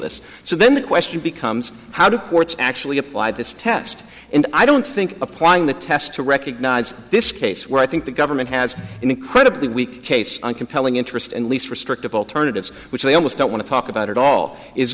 this so then the question becomes how do courts actually apply this test and i don't think applying the test to recognise this case where i think the government has an incredibly weak case a compelling interest and least restrictive alternatives which they almost don't want to talk about at all is